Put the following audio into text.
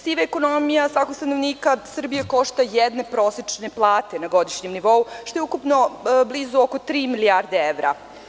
Siva ekonomija svakog stanovnika Srbije košta jedne prosečne plate na godišnjem nivou, što je ukupno blizu oko tri milijarde evra.